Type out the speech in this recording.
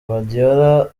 guardiola